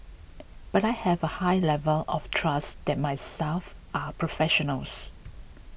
but I have a high level of trust that my staff are professionals